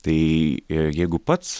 tai a jeigu pats